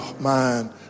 mind